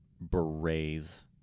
berets